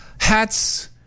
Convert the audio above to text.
hats